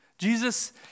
Jesus